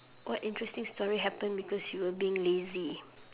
what interesting story happened because you were being lazy